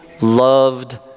loved